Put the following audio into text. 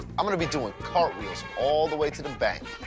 i'm gonna be doing cartwheels all the way to the bank.